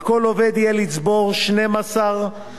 על כל עובד יהיה לצבור 12 חודשים,